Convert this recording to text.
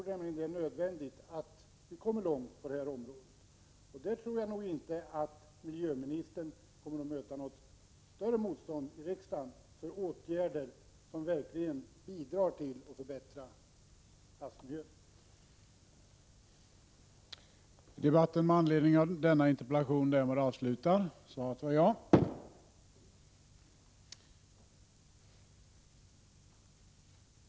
Jag anser att det är nödvändigt att vi kommer långt på detta område, och jag tror inte att miljöministern kommer att möta något större motstånd i riksdagen för åtgärder som verkligen bidrar till att förbättra havsmiljön.